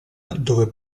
dove